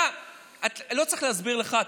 לא צריך להסביר לך,